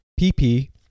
PP